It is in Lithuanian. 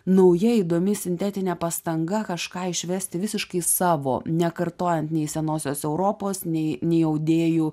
nauja įdomi sintetinė pastanga kažką išvesti visiškai savo nekartojant nei senosios europos nei nei audėjų